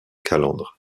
calandre